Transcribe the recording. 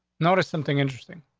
notice something interesting.